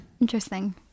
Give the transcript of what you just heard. Interesting